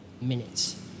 minutes